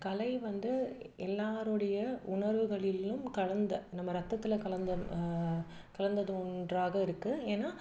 கலை வந்து எல்லாருடைய உணர்வுகளிலும் கலந்த நம்ம ரத்தத்தில் கலந்த கலந்தது ஒன்றாக இருக்குது ஏன்னா